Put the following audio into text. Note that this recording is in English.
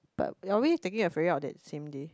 but are we taking a ferry out that same day